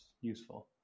useful